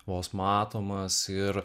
vos matomas ir